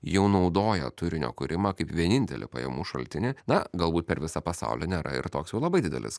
jau naudojo turinio kūrimą kaip vienintelį pajamų šaltinį na galbūt per visą pasaulį nėra ir toks jau labai didelis